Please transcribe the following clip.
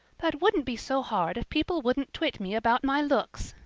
that wouldn't be so hard if people wouldn't twit me about my looks,